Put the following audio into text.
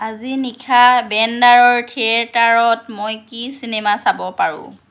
আজি নিশা বেন্দাৰৰ থিয়েটাৰত মই কি চিনেমা চাব পাৰোঁ